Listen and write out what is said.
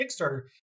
Kickstarter